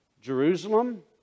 Jerusalem